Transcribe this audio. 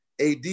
AD